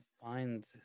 find